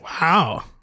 Wow